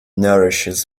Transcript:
nourishes